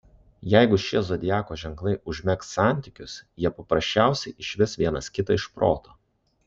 jeigu šie zodiako ženklai užmegs santykius jie paprasčiausiai išves vienas kitą iš proto